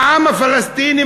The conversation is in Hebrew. העם הפלסטיני,